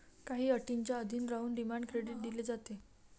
काही अटींच्या अधीन राहून डिमांड क्रेडिट दिले जाते